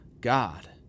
god